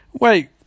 Wait